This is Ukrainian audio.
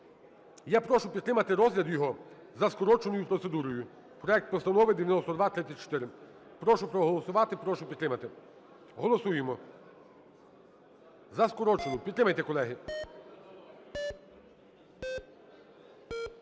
Я прошу підтримати розгляд його за скороченою процедурою. Проект Постанови 9234. Прошу проголосувати, прошу підтримати. Голосуємо за скорочену. Підтримайте, колеги.